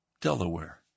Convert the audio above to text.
Delaware